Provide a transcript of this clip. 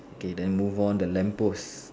okay then move on the lamppost